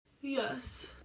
Yes